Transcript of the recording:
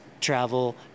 travel